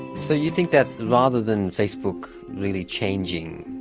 so you think that rather than facebook really changing.